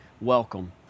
Welcome